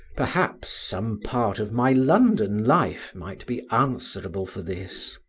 perhaps some part of my london life might be answerable for this.